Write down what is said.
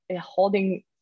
holding